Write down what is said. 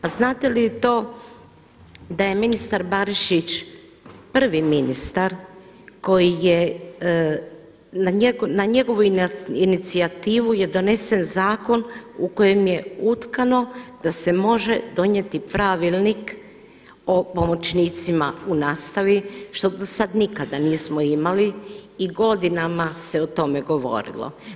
A znate li to da je ministar Barišić prvi ministar koji je na njegovu inicijativu je donesen zakon u kojem je utkano da se može donijeti pravilnik o pomoćnicima u nastavi što do sad nikada nismo imali i godinama se o tome govorilo.